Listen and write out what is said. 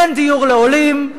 אין דיור לעולים,